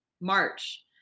March